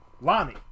Lonnie